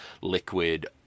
liquid